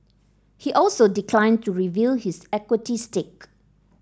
he also declined to reveal his equity stake